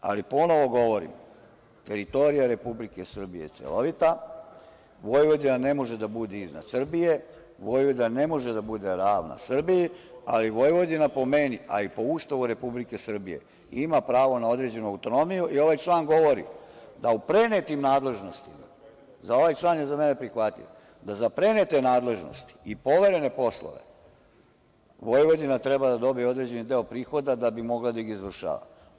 Ali, ponovo govorim, teritorija Republike Srbije je celovita, Vojvodina ne može da bude iznad Srbije, Vojvodina ne može da bude ravna Srbiji, ali Vojvodina po meni, a i po Ustavu Republike Srbije ima pravo na određenu autonomiju i ovaj član govori da u prenetim nadležnostima, ovaj član je za mene prihvatljiv, da za prenete nadležnosti i poverene poslove, Vojvodina treba da dobije određeni deo prihoda da bi mogla da ih izvršava.